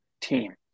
team